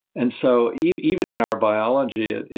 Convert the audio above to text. and so even in our biology,